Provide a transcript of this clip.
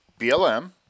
BLM